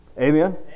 Amen